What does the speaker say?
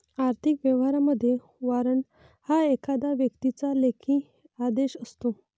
आर्थिक व्यवहारांमध्ये, वॉरंट हा एखाद्या व्यक्तीचा लेखी आदेश असतो